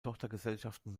tochtergesellschaften